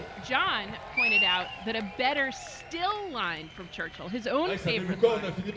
john pointed out that a better still line from churchill, his own favorite line,